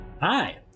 Hi